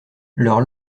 leurs